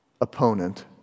opponent